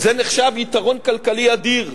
זה נחשב יתרון כלכלי אדיר.